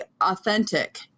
authentic